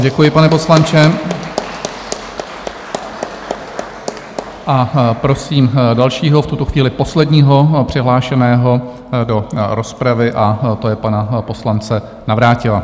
Děkuji, pane poslanče, a prosím dalšího, v tuto chvíli posledního přihlášeného do rozpravy, a to je pan poslanec Navrátil.